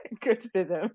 criticism